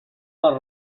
les